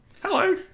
Hello